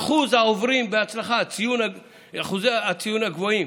אחוז העוברים בהצלחה, אחוזי הציונים הגבוהים,